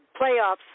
playoffs